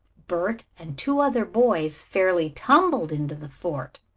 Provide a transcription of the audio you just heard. bert and two other boys fairly tumbled into the fort.